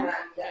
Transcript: כן.